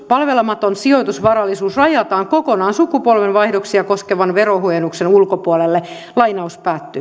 palvelematon sijoitusvarallisuus rajataan kokonaan sukupolvenvaihdoksia koskevan verohuojennuksen ulkopuolelle